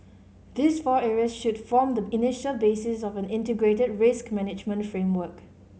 these four areas should form the initial basis of an integrated risk management framework